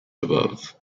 above